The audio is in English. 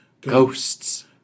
Ghosts